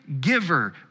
giver